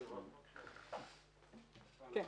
כן,